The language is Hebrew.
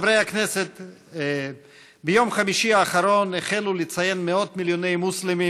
מאת חבר הכנסת ניסן סלומינסקי,